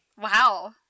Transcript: Wow